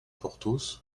porthos